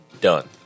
done